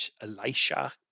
Elisha